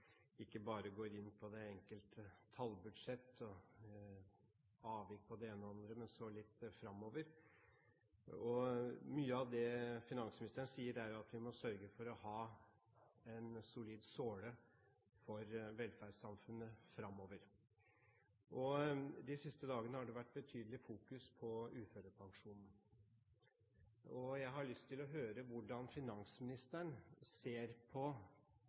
ikke bare går inn i det enkelte tallbudsjett og avvik på det ene og det andre, men som så litt fremover. Mye av det finansministeren sier, er at vi må sørge for å ha en solid såle for velferdssamfunnet fremover. De siste dagene har det vært betydelig fokus på uførepensjonene, og jeg har lyst til å høre hvordan finansministeren ser på